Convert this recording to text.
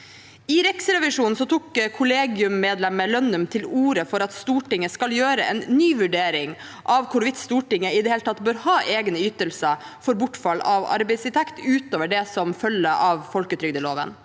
I Riksrevisjonen tok kollegiets medlem Lønnum til orde for at Stortinget skal gjøre en ny vurdering av hvorvidt Stortinget i det hele tatt bør ha egne ytelser for bortfall av arbeidsinntekt utover det som følger av folketrygdloven.